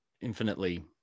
infinitely